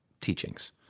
teachings